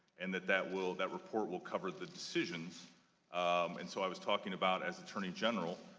and that that will, that report will cover the decisions um and so i was talking about, as attorney general,